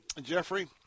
Jeffrey